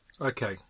Okay